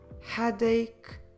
headache